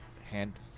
hand